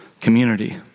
community